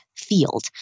field